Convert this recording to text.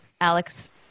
Alex